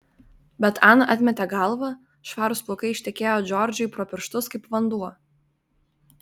bet ana atmetė galvą švarūs plaukai ištekėjo džordžui pro pirštus kaip vanduo